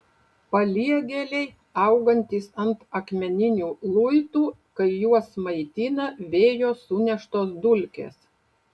paliegėliai augantys ant akmeninių luitų kai juos maitina vėjo suneštos dulkės